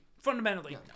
Fundamentally